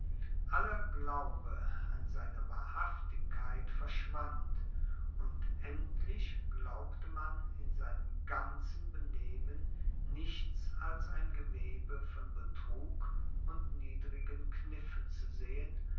aller glaube an seine wahrhaftigkeit verschwand und endlich glaubte man in seinem ganzen benehmen nichts als ein gewebe von betrug und niedrigen kniffen zu sehen